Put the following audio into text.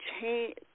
change